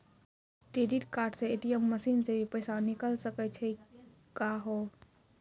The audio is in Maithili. क्रेडिट कार्ड से ए.टी.एम मसीन से भी पैसा निकल सकै छि का हो?